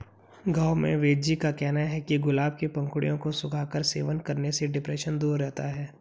गांव के वेदजी का कहना है कि गुलाब के पंखुड़ियों को सुखाकर सेवन करने से डिप्रेशन दूर रहता है